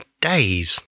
days